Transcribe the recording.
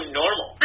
normal